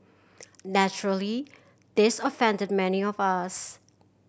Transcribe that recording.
naturally this offended many of us